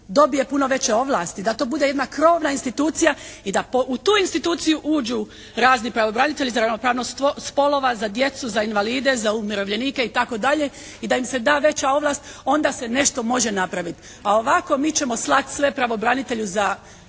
dobije puno veće ovlasti. Da to bude jedna krovna institucija i da u tu instituciju uđu razni pravobranitelji za ravnopravnost spolova za djecu, za invalide za umirovljenike i tako dalje i da im se da veća ovlast onda se nešto može napraviti. A ovako mi ćemo slati sve pravobranitelju za